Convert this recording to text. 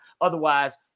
Otherwise